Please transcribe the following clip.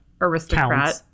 aristocrat